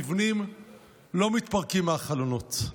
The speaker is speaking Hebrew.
מבנים לא מתפרקים מהחלונות,